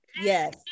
Yes